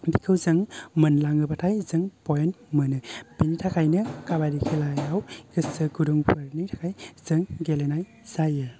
बेखौ जों मोनलांङोबाथाय जों फइन्ट मोनो बेनि थाखायनो खाबादि खेलायाव गोसो गुदुं फोरनि थाखाय जों गेलेनाय जायो